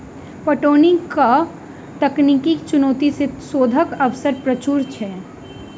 पटौनीक तकनीकी चुनौती मे शोधक अवसर प्रचुर अछि